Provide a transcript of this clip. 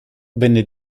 venne